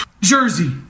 jersey